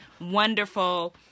wonderful